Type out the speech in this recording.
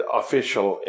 official